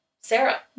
Sarah